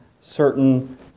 certain